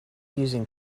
using